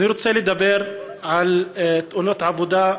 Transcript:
אני רוצה לדבר על תאונות עבודה,